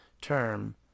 term